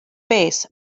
face